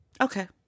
Okay